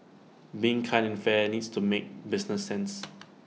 being kind and fair needs to make business sense